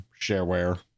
shareware